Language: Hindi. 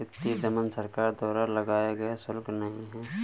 वित्तीय दमन सरकार द्वारा लगाया गया शुल्क नहीं है